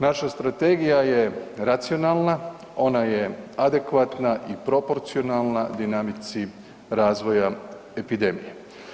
Naša strategija je racionalna, ona je adekvatna i proporcionalna dinamici razvoja epidemije.